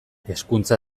hezkuntza